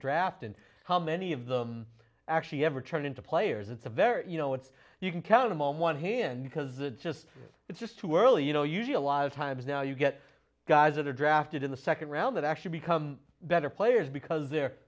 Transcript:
draft and how many of them actually ever turn into players it's a very you know it's you can count home one hand because it just it's just too early you know usual lot of times now you get guys that are drafted in the second round that actually become better players because they're